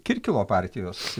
kirkilo partijos